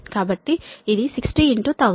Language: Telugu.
కాబట్టి ఇది 60 1000